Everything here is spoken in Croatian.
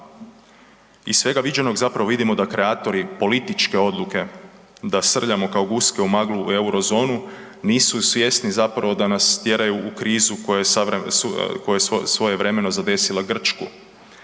Iz svega viđenog zapravo vidimo da kreatori političke odluke, da srljamo kao guske u maglu u Euro zonu, nisu svjesni zapravo da nas tjeraju u krizu koje je svojevremeno zadesila Grčku,